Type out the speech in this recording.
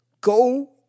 Go